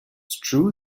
true